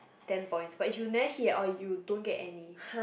ten points but if you never hit or you don't get any